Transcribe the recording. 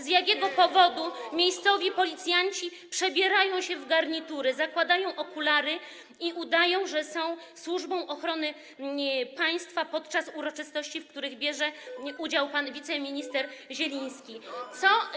Z jakiego powodu miejscowi policjanci przebierają się w garnitury, zakładają okulary i udają, że są Służbą Ochrony Państwa, podczas uroczystości, w których bierze udział pan wiceminister Zieliński?